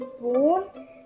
bone